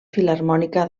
filharmònica